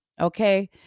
okay